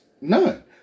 None